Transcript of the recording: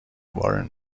warren